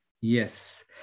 Yes